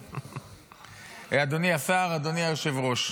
אדוני השר, אדוני היושב-ראש,